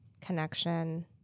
connection